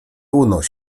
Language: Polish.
unoś